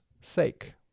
sake